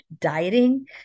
dieting